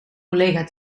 collega